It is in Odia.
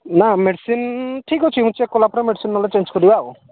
ନା ମେଡ଼ିସିନ୍ ଠିକ୍ ଅଛି ମୁଁ ଚେକ୍ କଲାପରେ ମେଡ଼ିସିନ୍ ନହେଲେ ଚେଞ୍ଜ କରିବା ଆଉ